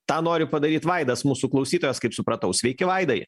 tą nori padaryt vaidas mūsų klausytojas kaip supratau sveiki vaidai